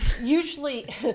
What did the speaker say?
usually